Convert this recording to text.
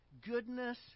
goodness